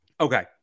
Okay